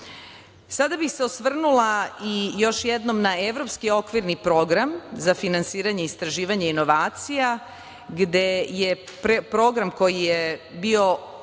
bih se osvrnula i još jednom na Evropski okvirni program za finansiranje istraživanja i inovacija, gde je program koji je bio